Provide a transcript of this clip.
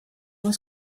was